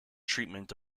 treatment